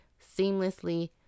seamlessly